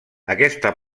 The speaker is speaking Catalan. aquesta